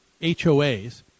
HOAs